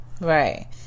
Right